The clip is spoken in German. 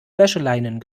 wäscheleinen